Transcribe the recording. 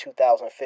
2015